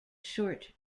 short